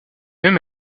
même